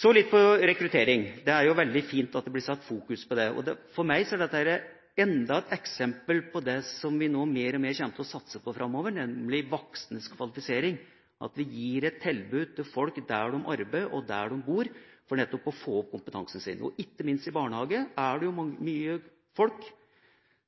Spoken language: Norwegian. Så litt om rekruttering. Det er veldig fint at det blir fokusert på det. For meg er dette enda et eksempel på det som vi kommer til å satse mer og mer på framover, nemlig voksnes kvalifisering – at vi gir et tilbud til folk der de arbeider, og der de bor, for nettopp å få opp kompetansen deres. Ikke minst i barnehagen er det mange